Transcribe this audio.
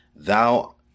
Thou